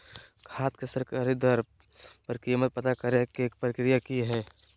खाद के सरकारी दर पर कीमत पता करे के प्रक्रिया की हय?